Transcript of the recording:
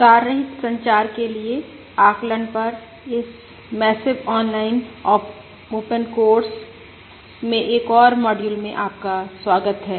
तार रहित संचार के लिए आकलन पर इस मैस्सिव ऑनलाइन ओपन कोर्स में एक और मॉड्यूल में आपका स्वागत है